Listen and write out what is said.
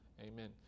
amen